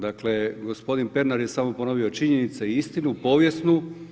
Dakle, gospodin Pernar je samo ponovio činjenice i istinu povijesnu.